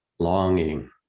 longing